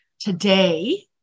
Today